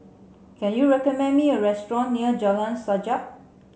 can you recommend me a restaurant near Jalan Sajak